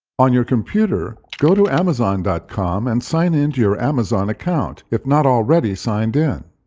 on your computer, go to amazon dot com and sign in to your amazon account, if not already signed in.